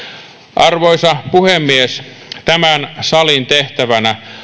arvoisa puhemies tämän salin tehtävänä